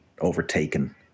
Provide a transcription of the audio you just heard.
overtaken